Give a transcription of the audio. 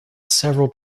several